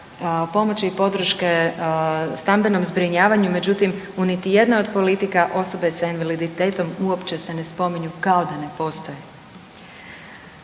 pomoći i podrške stambenom zbrinjavanju, međutim, u niti jednoj od politika osobe s invaliditetom uopće se ne spominju, kao da ne postoje.